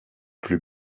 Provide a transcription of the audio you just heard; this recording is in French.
plus